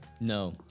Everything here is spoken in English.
No